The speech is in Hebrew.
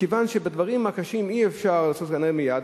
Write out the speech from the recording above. מכיוון שבדברים הקשים אי-אפשר כנראה לעשות מייד,